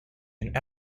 and